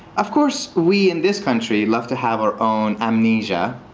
of course we, in this country, love to have ah own amnesia.